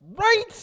Right